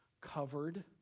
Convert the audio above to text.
covered